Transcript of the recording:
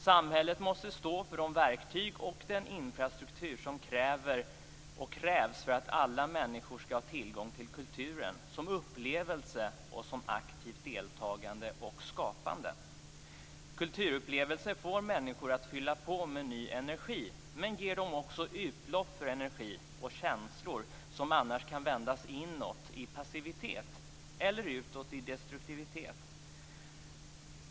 Samhället måste stå för de verktyg och den infrastruktur som krävs för att alla människor skall ha tillgång till kulturen som upplevelse, som aktivt deltagande och som skapande. Kulturupplevelser får människor att fylla på med ny energi men ger dem också utlopp för energi och känslor som annars kan vändas inåt i passivitet eller utåt i destruktivitet.